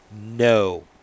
no